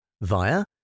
via